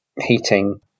heating